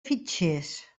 fitxers